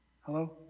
Hello